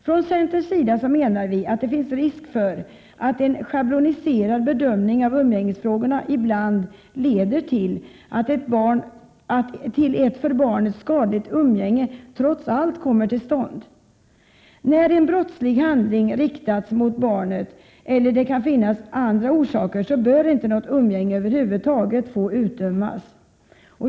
Från centerns sida menar vi att det finns risk för att en schabloniserad bedömning av umgängesfrågorna ibland leder till att ett för barnet skadligt umgänge trots allt kommer till stånd. När en brottslig handling riktats mot barnet, eller när det finns vissa andra bakomliggande orsaker, bör inte något umgänge över huvud taget få utdömas.